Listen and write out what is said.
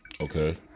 okay